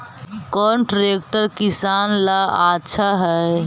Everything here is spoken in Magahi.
कौन ट्रैक्टर किसान ला आछा है?